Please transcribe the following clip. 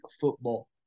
football